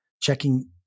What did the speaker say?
checking